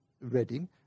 Reading